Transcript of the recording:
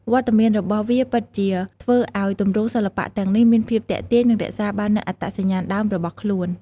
វត្តមានរបស់វាពិតជាធ្វើឱ្យទម្រង់សិល្បៈទាំងនេះមានភាពទាក់ទាញ និងរក្សាបាននូវអត្តសញ្ញាណដើមរបស់ខ្លួន។